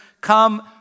come